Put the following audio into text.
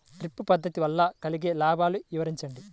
Drip పద్దతి వల్ల కలిగే లాభాలు వివరించండి?